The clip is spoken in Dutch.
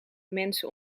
mensen